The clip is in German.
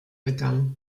begann